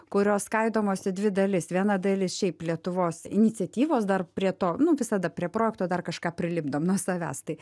kurios skaidomos į dvi dalis viena dalis šiaip lietuvos iniciatyvos dar prie to nu visada prie projekto dar kažką prilipdom nuo savęs tai